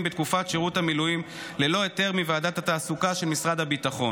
בתקופת שירות המילואים ללא היתר מוועדת התעסוקה של משרד הביטחון,